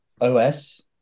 OS